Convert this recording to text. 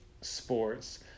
sports